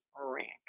rank